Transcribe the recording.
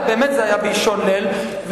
אלא באמת זה היה באישון ליל,